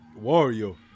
Wario